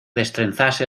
destrenzase